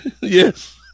Yes